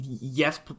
Yes